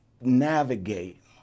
navigate